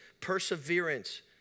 perseverance